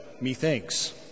methinks